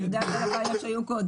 אני יודעת מה היו הכללים קודם.